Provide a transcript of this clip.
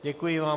Děkuji vám.